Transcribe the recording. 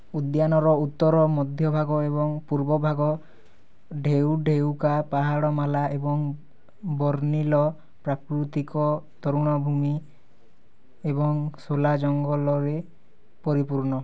ଉଦ୍ୟାନର ଉତ୍ତର ମଧ୍ୟଭାଗ ଏବଂ ପୂର୍ବ ଭାଗ ଢେଉଢେଉକା ପାହାଡ଼ମାଳା ଏବଂ ବର୍ଣ୍ଣିଳ ପ୍ରାକୃତିକ ତୃଣଭୂମି ଏବଂ ଶୋଲା ଜଙ୍ଗଲରେ ପରିପୂର୍ଣ୍ଣ